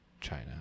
China